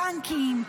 בנקים,